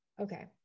Okay